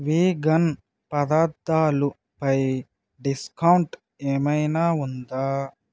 vegan పదార్థాలుపై discount ఏమైనా ఉందా